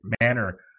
manner